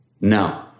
No